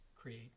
create